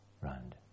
round